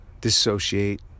dissociate